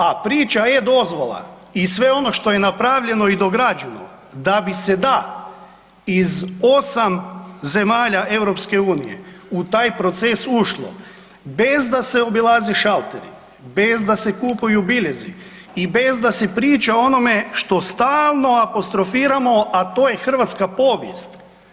A priča e-dozvola i sve ono što je napravljeno i dograđeno da bi se da iz 8 zemalja Europske unije u taj proces ušlo bez da se obilaze šalteri, bez da se kupuju biljezi i bez da se priča o onome što stalno apostrofiramo a to je hrvatska povijest.